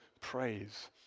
praise